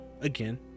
Again